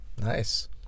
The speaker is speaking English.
Nice